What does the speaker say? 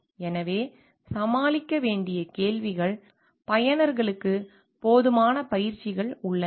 எனவே சமாளிக்க வேண்டிய கேள்விகள் பயனர்களுக்கு போதுமான பயிற்சிகள் உள்ளன